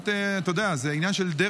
אתה יודע, זה עניין של,